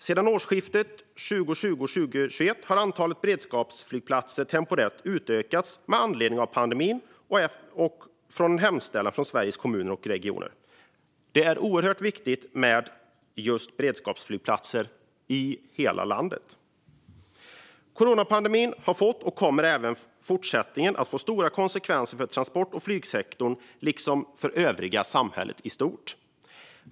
Sedan årsskiftet 2020/21 har antalet beredskapsflygplatser temporärt utökats med anledning av pandemin efter en framställan från Sveriges Kommuner och Regioner. Det är oerhört viktigt just med beredskapsflygplatser i hela landet. Coronapandemin har fått, och kommer även i fortsättningen att få, stora konsekvenser för transport och flygsektorn liksom för övriga samhället i stort.